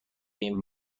این